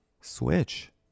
switch